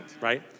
right